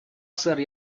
сэр